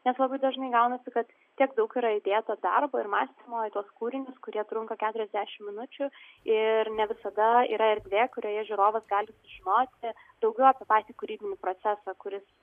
nes labai dažnai gaunasi kad tiek daug yra įdėta darbo ir mąstymo į tuos kūrinius kurie trunka keturiasdešim minučių ir ne visada yra erdvė kurioje žiūrovas gali sužinoti daugiau apie patį kūrybinį procesą kuris